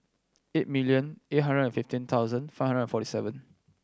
eight million eight hundred and fifteen thousand five hundred and forty seven